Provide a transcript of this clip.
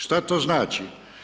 Što to znači?